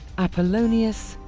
apollonius.